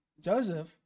Joseph